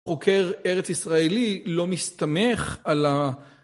חוקר ארץ-ישראלי לא מסתמך על ה...